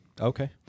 Okay